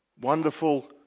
wonderful